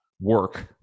Work